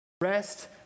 rest